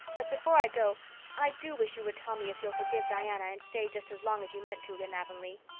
but before i go i do wish you would tell me if you will forgive diana and stay just as long as you meant to in avonlea.